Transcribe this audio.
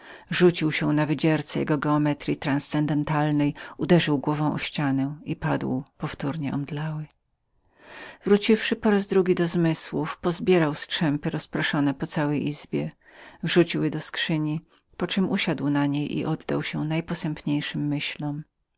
rzucił się na wydziercę jego geometryi transcedentalnej uderzył głową o ścianę i powtórnie padł omdlały po chwili znowu wrócił do zmysłów pozbierał szpargały rozproszone po całej izbie i wrzucił je do skrzyni poczem usiadł na skrzyni i oddał się najposępniejszym myślom